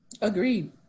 Agreed